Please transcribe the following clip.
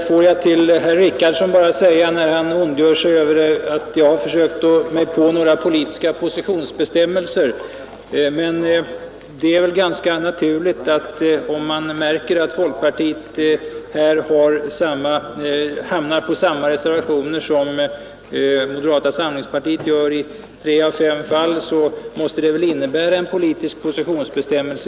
Fru talman! Herr Richardson ondgör sig över att jag har försökt mig på några politiska positionsbestämningar. Men om man märker att folkpartiet här hamnar på samma reservationer som moderata samlingspartiet gör i tre av fem fall är det väl ganska naturligt att man anser att det måste innebära en politisk positionsbestämning.